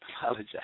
Apologize